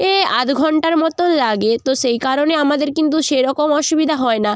এ আধ ঘণ্টার মতন লাগে তো সেই কারণে আমাদের কিন্তু সেরকম অসুবিধা হয় না